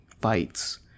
fights